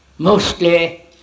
mostly